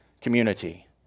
community